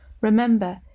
Remember